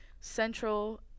Central